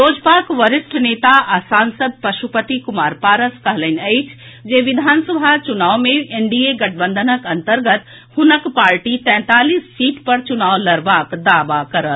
लोजपाक वरिष्ठ नेता आ सांसद पशुपति कुमार पारस कहलनि अछि जे विधानसभा चुनाव मे एनडीए गठबंधनक अन्तर्गत हुनक पार्टी तैंतालीस सीट पर चुनाव लड़बाक दावा करत